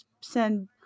send